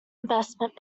investment